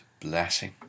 blessing